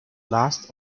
last